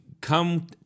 come